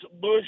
Bush